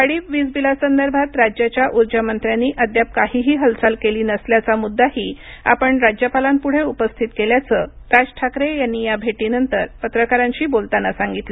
वाढीव वीजबिलासंदर्भात राज्याच्या ऊर्जामंत्र्यांनी अद्याप काहीही हालचाल केली नसल्याचा मुद्दाही आपण राज्यपालांपुढे उपस्थित केल्याचं राज ठाकरे यांनी या भेटीनंतर पत्रकारांशी बोलताना सांगितलं